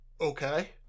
okay